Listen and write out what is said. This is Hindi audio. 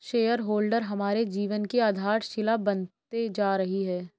शेयर होल्डर हमारे जीवन की आधारशिला बनते जा रही है